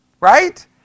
Right